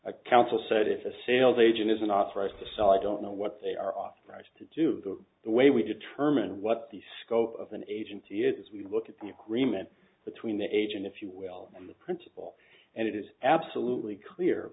here counsel said if a sales agent isn't authorized to sell i don't know what they are off to do the the way we determine what the scope of an agency is we look at the agreement between the agent if you will and the principal and it is absolutely clear